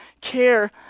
care